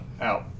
Out